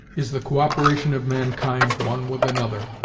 is the co-operation of mankind one with another,